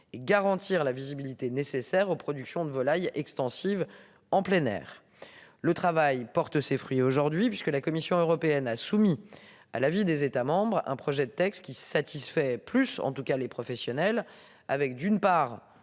et garantir la visibilité nécessaire aux productions de volailles extensive en plein air. Le travail porte ses fruits aujourd'hui puisque la Commission européenne a soumis à l'avis des États membres. Un projet de texte qui satisfait plus en tout cas les professionnels avec d'une part